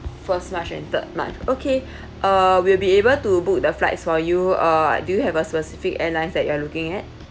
first march and third march okay uh we'll be able to book the flights for you uh do you have a specific airlines that you are looking at